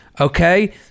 Okay